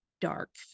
dark